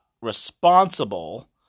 responsible